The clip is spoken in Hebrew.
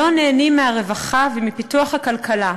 לא נהנים מהרווחה ומפיתוח הכלכלה.